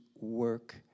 work